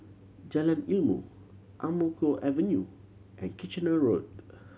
Jalan Ilmu Ang Mo Kio Avenue and Kitchener Road